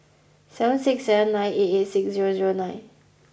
seven six seven nine eight eight six zero zero nine